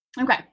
Okay